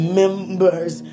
members